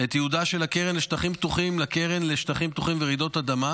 את ייעודה של הקרן לשטחים פתוחים לקרן לשטחים פתוחים ורעידות אדמה